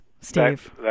Steve